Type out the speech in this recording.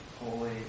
holy